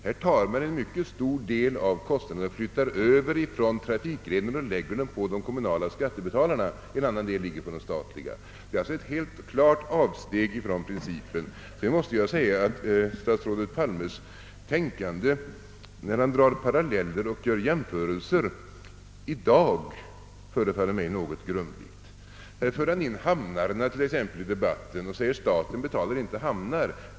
Här flyttar man över en mycket stor del av kostnaderna för trafikgrenen och lägger den på de kommunala skattebetalarna medan en annan del läggs på de statliga skattebetalarna. Statsrådet Palmes tänkande när han gör jämförelser i dag förefaller mig något grumligt. Här för han t.ex. in hamnarna i debatten och säger att staten inte betalar hamnarna.